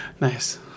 Nice